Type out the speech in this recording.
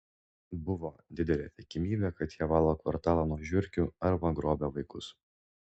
buvo didelė tikimybė kad jie valo kvartalą nuo žiurkių arba grobia vaikus